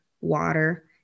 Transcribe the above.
water